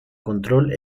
control